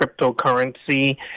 cryptocurrency